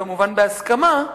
כמובן בהסכמה,